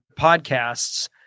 podcasts